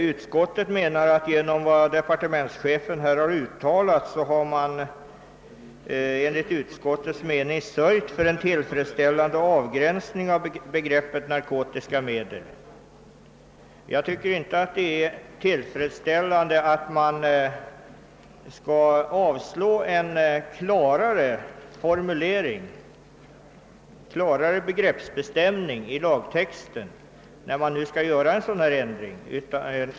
Utskottet anser att genom vad departementschefen uttalat »har man enligt utskottets mening sörjt för en tillfredsställande avgränsning av begreppet narkotiska medel». Jag tycker inte det är tillfredsställande att avstyrka ett förslag som innebär en klarare begreppsbestämning i lagtexten, när vi nu ändå skall göra en ändring.